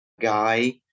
guy